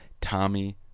Tommy